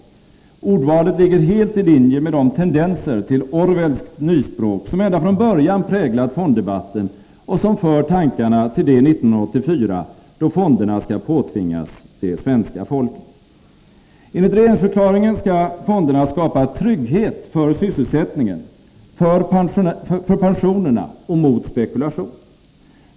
Ordvalet ligger helt i linje med de tendenser till Orwellskt nyspråk, som ända från början präglat fonddebatten och som för tankarna till det 1984 då fonderna skall påtvingas det svenska folket. Enligt regeringsförklaringen skall löntagarfonderna skapa trygghet för sysselsättningen, för pensionerna och mot spekulation.